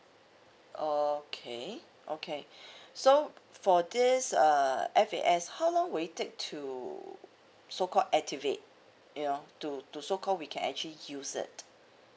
okay okay so for this uh F_A_S how long will it take to so called activate you know to to so call we can actually use it